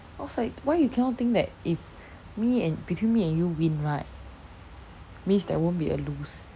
I was like why you cannot think that if me and between me and you win right means there won't be a lose